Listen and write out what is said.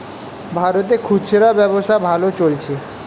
ভারতে খুচরা ব্যবসা ভালো চলছে